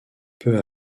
peu